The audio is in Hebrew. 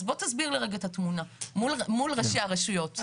אז בוא תסביר לי רגע את התמונה מול ראשי הרשויות.